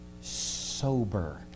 sober